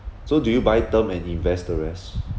so do you buy term and invest the rest